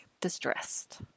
distressed